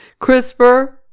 crispr